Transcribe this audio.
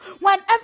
Whenever